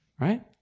right